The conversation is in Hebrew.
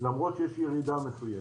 למרות שיש ירידה מסוימת.